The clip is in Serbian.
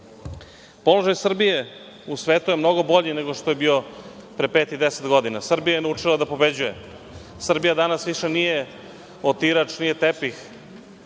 zemlja. Položaj Srbije u svetu je mnogo bolji nego što je bio pre pet i deset godina. Srbija je naučila da pobeđuje. Srbija danas više nije otirač, nije tepih